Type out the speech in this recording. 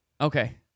Okay